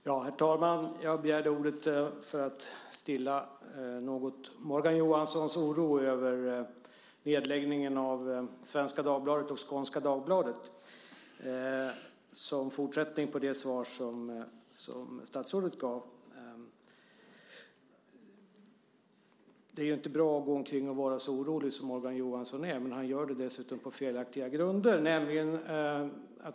Herr talman! Jag begärde ordet för att något stilla Morgan Johanssons oro över nedläggningen av Svenska Dagbladet och Skånska Dagbladet - som en fortsättning på det svar som statsrådet gav. Det är inte bra att gå omkring och vara så orolig som Morgan Johansson är, men han är det dessutom på felaktiga grunder.